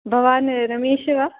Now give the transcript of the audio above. भवान् रमेशः वा